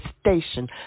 station